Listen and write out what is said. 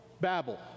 babble